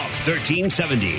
1370